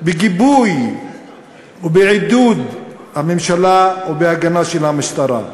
בגיבוי ובעידוד הממשלה ובהגנה של המשטרה.